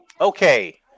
okay